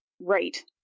right